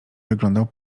wyglądał